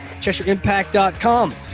CheshireImpact.com